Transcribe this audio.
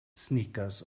sneakers